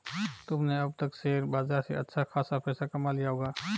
तुमने अब तक शेयर बाजार से अच्छा खासा पैसा कमा लिया होगा